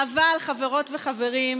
אבל, חברות וחברים,